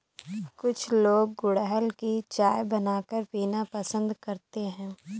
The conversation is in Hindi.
कुछ लोग गुलहड़ की चाय बनाकर पीना पसंद करते है